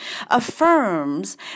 affirms